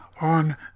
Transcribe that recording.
on